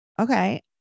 Okay